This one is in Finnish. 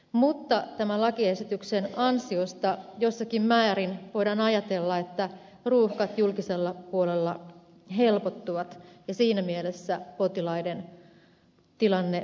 mutta tämän lakiesityksen ansiosta jossakin määrin voidaan ajatella että ruuhkat julkisella puolella helpottuvat ja siinä mielessä potilaiden tilanne paranee